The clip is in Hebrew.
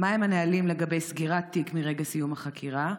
2. מהם הנהלים לגבי סגירת תיק מרגע סיום החקירה?